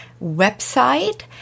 website